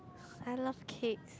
I love cakes